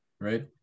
Right